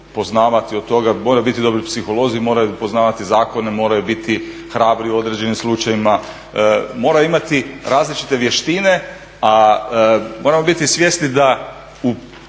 poznavati od toga, moraju biti dobri psiholozi, moraju poznavati zakone, moraju biti hrabri u određenim slučajevima, moraju imati različite vještine, a moramo biti svjesni da su